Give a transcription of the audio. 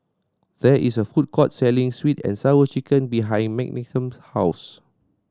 there is a food court selling Sweet And Sour Chicken behind Menachem's house